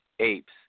apes